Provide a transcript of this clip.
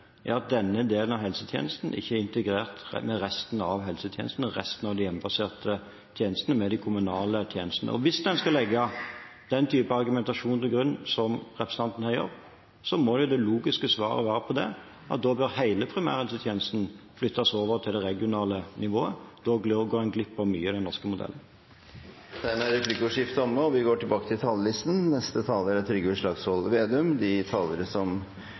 er at denne delen av helsetjenesten ikke er integrert med resten av helsetjenesten, resten av de hjemmebaserte tjenestene, med de kommunale tjenestene. Hvis en skal legge den type argumentasjon til grunn som representanten her gjør, må jo det logiske svaret på det være at da bør hele primærhelsetjenesten flyttes over til det regionale nivået, og da går en glipp av mye i den norske modellen. Replikkordskiftet er dermed omme. De talere som